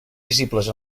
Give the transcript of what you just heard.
visibles